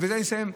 ובזה אני אסיים,